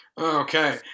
Okay